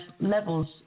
levels